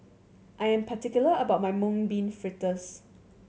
I am particular about my Mung Bean Fritters